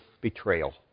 betrayal